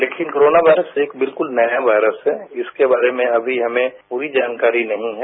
लेकिन corona virus एक बिलकुल नया वायरस है जिसके बारे में अभी हमें पूरी जानकारी नहीं है